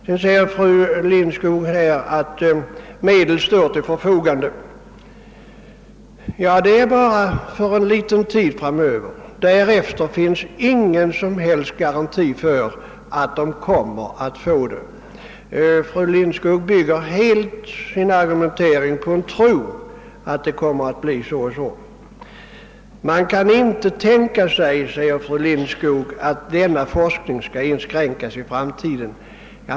Sedan framhåller fru Lindskog att medel står till förfogande för det forskningsarbete som bedrivs vid lantbrukshögskolan. Ja, det är bara för en liten tid framöver; därefter finns ingen som helst garanti för att så skall bli förhållandet. Fru Lindskog bygger sin argumentering helt på tron, när hon säger att denna forskning inte skall inskränkas i framtiden.